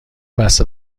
بسته